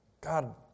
God